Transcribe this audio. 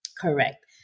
Correct